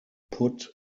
put